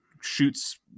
shoots